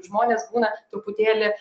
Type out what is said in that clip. žmonės būna truputėlį